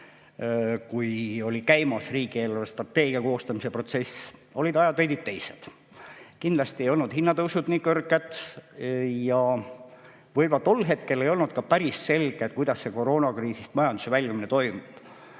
kui oli käimas riigi eelarvestrateegia koostamise protsess, olid ajad veidi teised. Kindlasti ei olnud hinnatõusud nii kõrged. Võib-olla tol hetkel ei olnud ka päris selge, kuidas see koroonakriisist majanduse väljumine toimub.